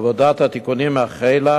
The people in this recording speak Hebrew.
עבודת התיקונים החלה,